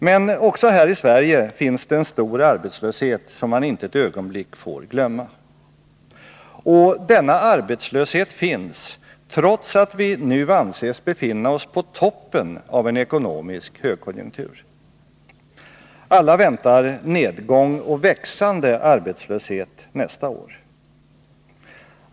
Men också här i Sverige finns det en stor arbetslöshet som man inte ett ögonblick får glömma. Och denna arbetslöshet finns trots att vi nu anses befinna oss på toppen av en ekonomisk högkonjunktur. Alla väntar nedgång och växande arbetslöshet nästa år.